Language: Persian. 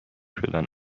شدن